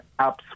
apps